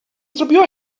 zrobiła